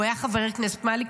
הוא היה חבר כנסת מהליכוד,